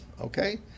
okay